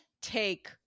take